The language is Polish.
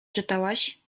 czytałaś